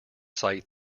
cite